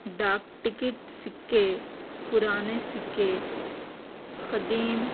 ڈاک ٹکٹ سکّے پرانے سکّے قدیم